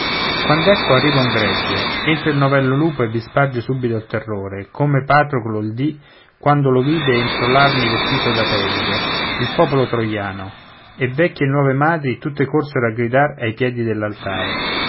perfezione quand'ecco arriva un gregge entra il novello lupo e vi sparge subito il terrore come patròclo il dì quando lo vide entro l'armi vestito del pelide il popolo troiano e vecchie e nuore e madri tutte corsero a gridare ai piedi